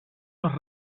les